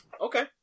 Okay